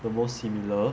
the most similar